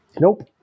Nope